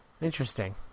Interesting